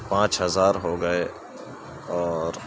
پانچ ہزار ہو گئے اور